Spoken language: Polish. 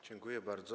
Dziękuję bardzo.